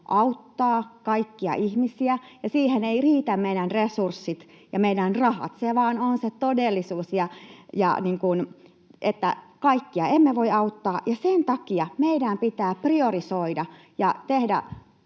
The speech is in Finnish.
Ei, ei voi!] Siihen eivät riitä meidän resurssit ja meidän rahat. Se vain on se todellisuus, että kaikkia emme voi auttaa, ja sen takia meidän pitää priorisoida ja tehdä